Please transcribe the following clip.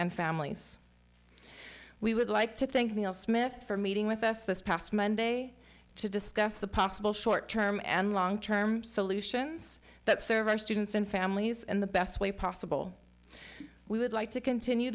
and families we would like to think neil smith for meeting with us this past monday to discuss the possible short term and long term solutions that serve our students and families and the best way possible we would like to continue